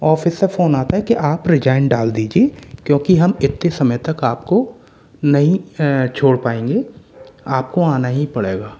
office से phone आता है कि आप रिजाइन डाल दीजिए क्योंकि हम इतने समय तक आपको नहीं छोड़ पाएंगे आपको आना ही पड़ेगा